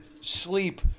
sleep